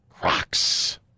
Crocs